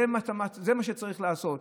זה מה שצריך לעשות.